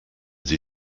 sie